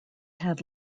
had